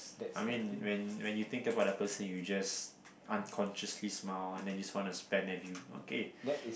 I mean when when you think of the person you just unconsciously smile and then you just want to every okay